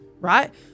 right